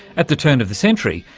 at the turn of the century,